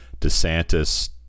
desantis